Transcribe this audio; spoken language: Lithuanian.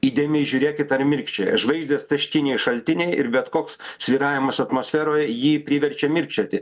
įdėmiai žiūrėkit ar mirkčioja žvaigždės taškiniai šaltiniai ir bet koks svyravimas atmosferoje jį priverčia mirkčioti